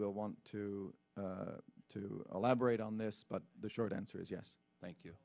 will want to to elaborate on this but the short answer is yes thank